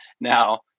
Now